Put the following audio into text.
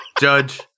Judge